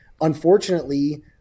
unfortunately